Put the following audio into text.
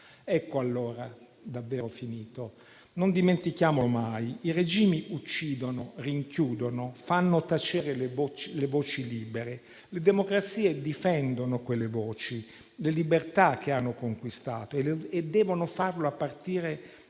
regime iraniano. Non dimentichiamo mai che i regimi uccidono, rinchiudono, fanno tacere le voci libere. Le democrazie difendono quelle voci, le libertà che hanno conquistato e devono farlo a partire